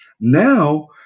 Now